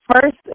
First